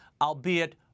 albeit